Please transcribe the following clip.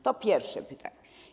To pierwsze pytanie.